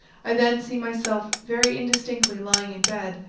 i then see myself very indistinctly lying in bed,